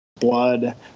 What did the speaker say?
blood